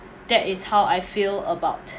that is how I feel about